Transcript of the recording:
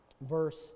verse